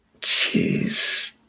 Jeez